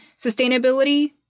sustainability